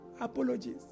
apologies